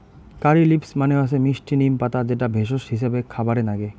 কারী leaves মানে হসে মিস্টি নিম পাতা যেটা ভেষজ হিছাবে খাবারে নাগে